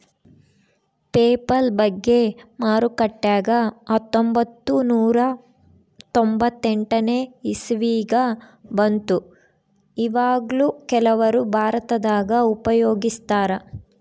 PayPal ಬಗ್ಗೆ ಮಾರುಕಟ್ಟೆಗ ಹತ್ತೊಂಭತ್ತು ನೂರ ತೊಂಬತ್ತೆಂಟನೇ ಇಸವಿಗ ಬಂತು ಈವಗ್ಲೂ ಕೆಲವರು ಭಾರತದಗ ಉಪಯೋಗಿಸ್ತರಾ